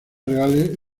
reales